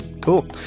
cool